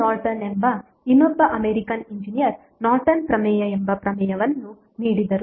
L Norton ಎಂಬ ಇನ್ನೊಬ್ಬ American engineer Norton ಪ್ರಮೇಯ ಎಂಬ ಪ್ರಮೇಯವನ್ನು ನೀಡಿದರು